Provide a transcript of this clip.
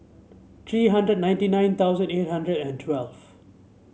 three hundred ninety nine thousand eight hundred and twelve